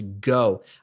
go